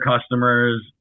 customers